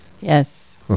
yes